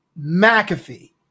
McAfee